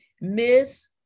Miss